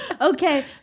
okay